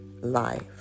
life